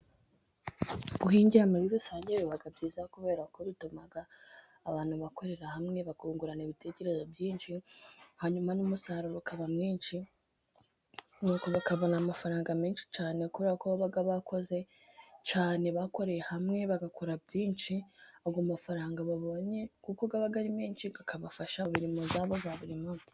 Guhingira muri rusange biba byiza, kubera ko bituma abantu bakorera hamwe bakungurana ibitekerezo byinshi bitandukanye, hanyuma n'umusaruro ukaba mwinshi, nuko bakabona amafaranga menshi cyane, kubera ko baba bakoze cyane bakoreye hamwe bagakora byinshi, ayo mafaranga babonye kuko aba ari menshi, akabafasha mu mirimo yabo ya buri munsi.